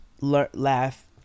laugh